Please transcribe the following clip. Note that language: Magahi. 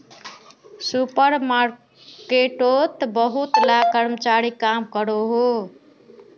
सुपर मार्केटोत बहुत ला कर्मचारी काम करोहो